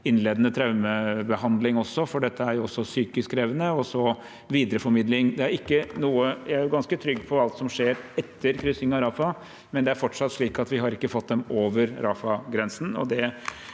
innledende traumebehandling også, for dette er også psykisk krevende, og videreformidling. Jeg er ganske trygg på alt som skjer etter kryssingen av Rafah, men det er fortsatt slik at vi ikke har fått dem over Rafah-grensen. Jeg